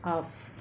off